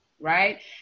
right